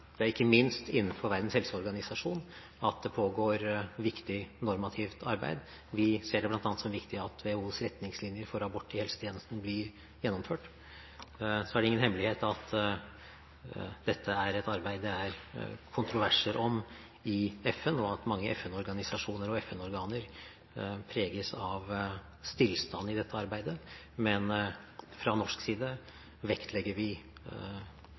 Ikke minst innenfor Verdens helseorganisasjon pågår det et viktig normativt arbeid; blant annet ser vi det som viktig at WHOs retningslinjer for abort i helsetjenesten blir gjennomført. Så er det ingen hemmelighet at det er kontroverser rundt dette arbeidet i FN, og at mange FN-organisasjoner og FN-organer preges av stillstand i dette arbeidet, men fra norsk side vektlegger vi